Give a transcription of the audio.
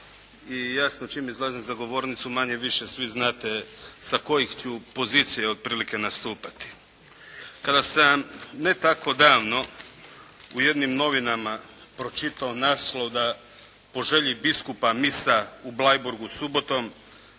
I jasno, čim izlazim za govornicu, manje-više, svi znate, sa kojih ću pozicija otprilike nastupati. Kada sam, ne tako davno, u jednim novinama pročitao naslov da po želji biskupa misa u Bleiburgu subotom,